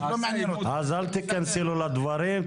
אז אל תיכנסי לו לדברים,